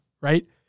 right